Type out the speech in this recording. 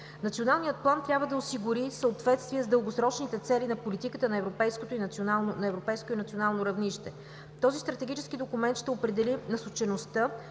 Националният план трябва да осигури съответствие с дългосрочните цели на политиката на европейско и национално равнище. Този стратегически документ ще определи насочеността